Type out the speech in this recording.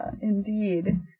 Indeed